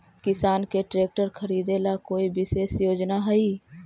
किसान के ट्रैक्टर खरीदे ला कोई विशेष योजना हई?